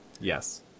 Yes